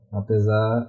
apesar